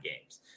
games